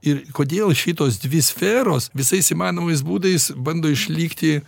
ir kodėl šitos dvi sferos visais įmanomais būdais bando išlikti